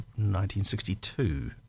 1962